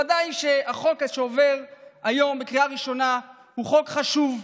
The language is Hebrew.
החוק הזה שעובר היום בקריאה ראשונה הוא בוודאי חוק חשוב,